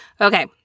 Okay